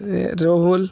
روہل